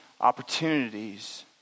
opportunities